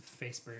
Facebook